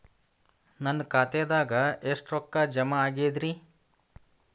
ನನ್ನ ಖಾತೆದಾಗ ಎಷ್ಟ ರೊಕ್ಕಾ ಜಮಾ ಆಗೇದ್ರಿ?